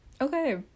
okay